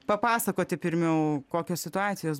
papasakoti pirmiau kokios situacijos